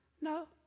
No